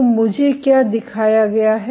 तो मुझे क्या दिखाया गया है